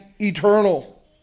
eternal